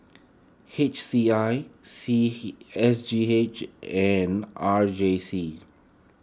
H C I C S G H and R J C